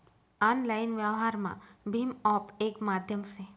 online व्यवहारमा भीम app येक माध्यम से